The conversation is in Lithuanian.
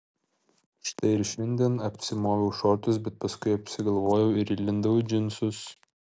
štai ir šiandien apsimoviau šortus bet paskui apsigalvojau ir įlindau į džinsus